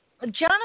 Jonathan